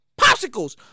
popsicles